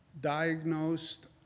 diagnosed